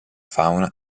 fauna